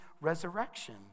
resurrection